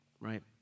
right